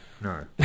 No